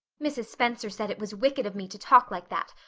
mrs. spencer said it was wicked of me to talk like that,